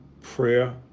Prayer